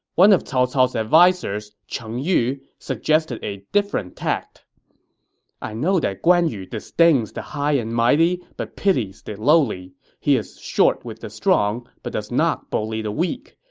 one of cao cao's advisers, cheng yu, suggested a different tact i know that guan yu disdains the high and mighty but pities the lowly he is short with the strong but does not bully the weak.